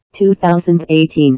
2018